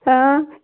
हां